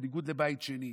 בניגוד לבית שני.